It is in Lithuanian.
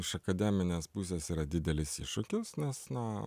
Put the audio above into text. iš akademinės pusės yra didelis iššūkis nes na